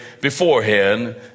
beforehand